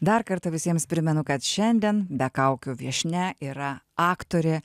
dar kartą visiems primenu kad šiandien be kaukių viešnia yra aktorė